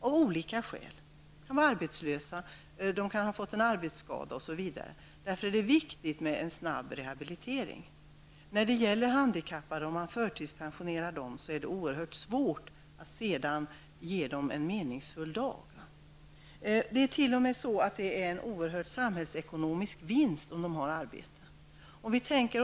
De kan vara arbetslösa, ha fått en arbetsskada osv. Det är därför viktigt med en snabb rehabilitering. Om man förtidspensionerar handikappade blir det sedan oerhört svårt att ge dem en meningsfull tillvaro. Det blir dessutom en oehörd samhällsekonomisk vinst om dessa människor har arbete.